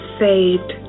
saved